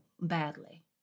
badly